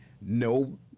no